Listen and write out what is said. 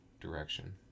direction